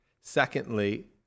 secondly